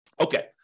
Okay